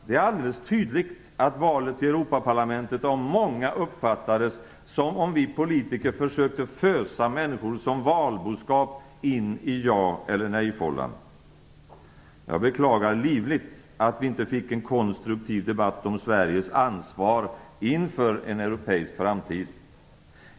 Det är alldeles tydligt att valet till Europaparlamentet av många uppfattades som att vi politiker försökte att fösa människor som valboskap in i ja eller nej-fållan. Jag beklagar livligt att vi inte fick en konstruktiv debatt om Sveriges ansvar inför en europeisk framtid.